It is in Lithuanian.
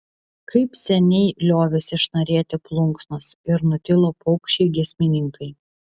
kaip seniai liovėsi šnarėti plunksnos ir nutilo paukščiai giesmininkai